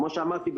כמו שאמרתי,